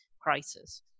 crisis